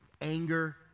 anger